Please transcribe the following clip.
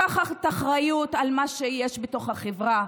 לקבל אחריות על מה שיש בתוך החברה.